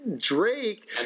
Drake